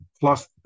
plus